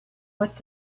what